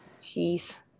jeez